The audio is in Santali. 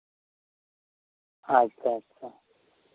ᱟᱪᱪᱷᱟ ᱟᱪᱪᱷᱟ